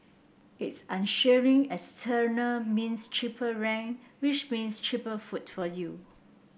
its means cheaper rent which means cheaper food for you